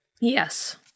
Yes